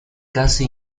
casi